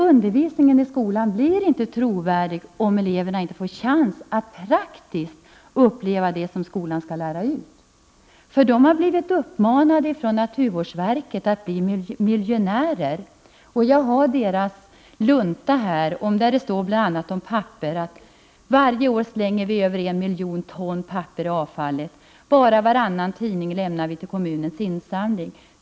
Undervisningen i skolan blir inte trovärdig om inte eleverna får chans att praktiskt uppleva det som skolan skall lära ut. De har blivit uppmanade från naturvårdsverket att bli miljönärer. Jag har deras lunta här, där det står bl.a.: ”Varje år slänger vi över en miljon ton papper i avfallet. Bara varannan tidning lämnar vi till kommunens insamling.